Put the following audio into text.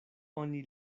oni